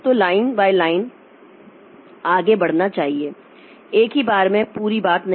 तो लाइन से लाइन आगे बढ़ना चाहिए एक ही बार में पूरी बात नहीं